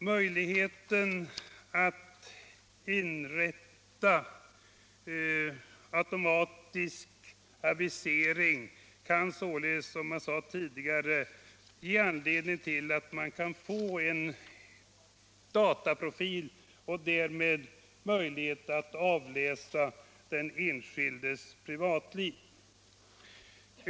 Möjligheten att inrätta automatisk avisering kan således, som jag sade tidigare, ge möjlighet att få en dataprofil — och därmed möjlighet att avläsa den enskildes privatliv.